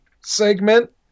segment